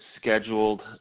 scheduled